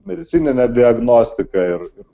medicininę diagnostiką ir